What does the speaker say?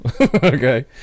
okay